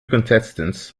contestants